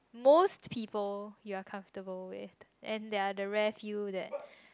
most people you're comfortable with and there're the rest feel that